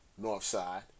Northside